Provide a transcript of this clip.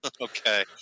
Okay